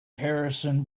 harrison